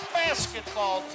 basketball